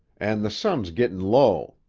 an' the sun's gittin' low.